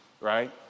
right